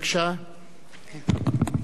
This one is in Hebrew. לפני שאני נועל את הישיבה.